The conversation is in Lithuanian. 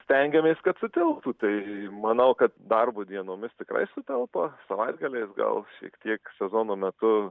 stengiamės kad sutilptų tai manau kad darbo dienomis tikrai sutelpa savaitgaliais gal šiek tiek sezono metu